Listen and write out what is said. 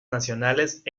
nacionales